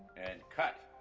and cut!